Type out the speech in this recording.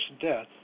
death